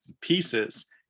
pieces